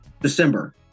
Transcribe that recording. December